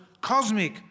cosmic